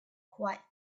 quite